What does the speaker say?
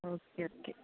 okay okay